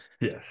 Yes